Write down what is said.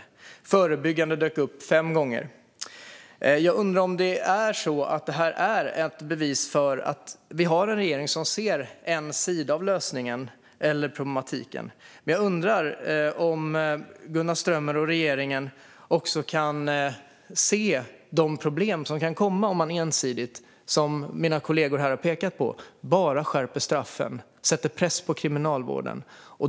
Ordet förebyggande dök upp 5 gånger. Är det här ett bevis för att vi har en regering som ser en sida av lösningen eller av problemet? Men jag undrar om Gunnar Strömmer och regeringen också kan se de problem som kan uppstå om man ensidigt - vilket mina kollegor har pekat på - bara skärper straffen och sätter press på Kriminalvården.